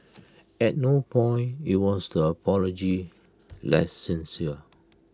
at no point we wants the apology less sincere